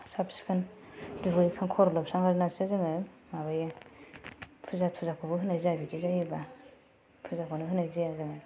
साफ सिखोन दुगैखां खर' लोबस्रांलायनासो जोङो माबायो फुजा थुजाखौबो होनाय जायो बिदि जायोब्ला फुजाखौनो होनाय जाया जोङो